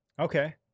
Okay